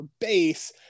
base